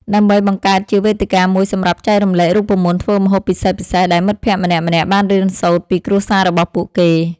ដើម្បីបង្កើតជាវេទិកាមួយសម្រាប់ចែករំលែករូបមន្តធ្វើម្ហូបពិសេសៗដែលមិត្តភក្តិម្នាក់ៗបានរៀនសូត្រពីគ្រួសាររបស់ពួកគេ។